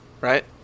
right